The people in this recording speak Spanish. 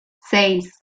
seis